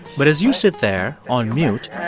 but as you sit there on mute.